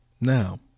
now